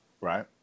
Right